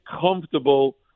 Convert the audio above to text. comfortable